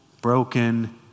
Broken